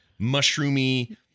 mushroomy